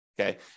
okay